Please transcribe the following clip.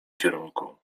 kierunku